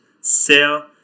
sell